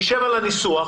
תשב על הניסוח,